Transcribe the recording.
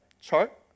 Chart